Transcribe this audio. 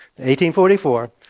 1844